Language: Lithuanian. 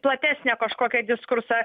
platesnio kažkokio diskursą